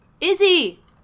Izzy